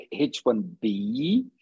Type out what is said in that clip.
H1B